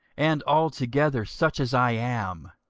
and altogether such as i am,